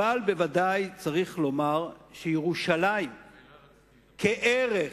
אך ודאי יש לומר שירושלים כערך,